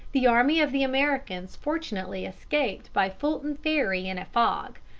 the army of the americans fortunately escaped by fulton ferry in a fog,